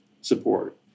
support